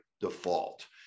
default